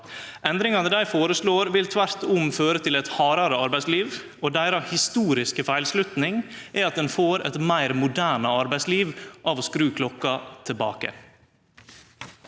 Endringane dei foreslår, vil tvert om føre til eit hardare arbeidsliv, og deira historiske feilslutning er at ein får eit meir moderne arbeidsliv av å skru klokka tilbake.